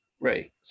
Right